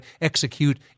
execute